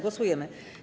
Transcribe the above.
Głosujemy.